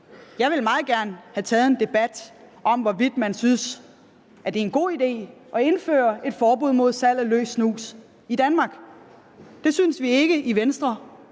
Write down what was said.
Jeg ville meget gerne have taget en debat om, hvorvidt man synes, det er en god idé at indføre et forbud mod salg af løs snus i Danmark. Det synes vi ikke i Venstre